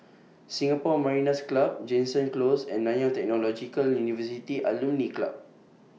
Singapore Mariners' Club Jansen Close and Nanyang Technological University Alumni Club